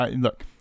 look